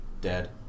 dead